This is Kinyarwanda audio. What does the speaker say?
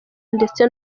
ndetse